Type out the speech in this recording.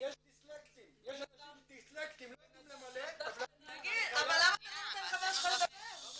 --- ילדה